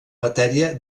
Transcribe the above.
matèria